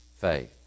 faith